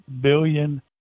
billion